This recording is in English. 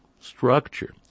structure